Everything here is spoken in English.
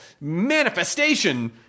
manifestation